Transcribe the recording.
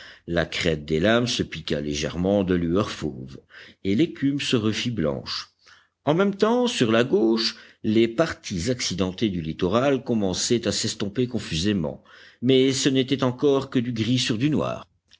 la crête des lames se piqua légèrement de lueurs fauves et l'écume se refit blanche en même temps sur la gauche les parties accidentées du littoral commençaient à s'estomper confusément mais ce n'était encore que du gris sur du noir